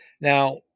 Now